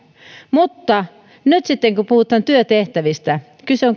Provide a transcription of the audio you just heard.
mutta nyt sitten kun puhutaan työtehtävistä kyse on